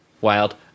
wild